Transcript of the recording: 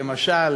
שמשל